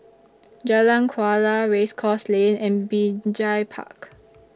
Jalan Kuala Race Course Lane and Binjai Park